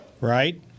Right